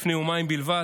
לפני יומיים בלבד,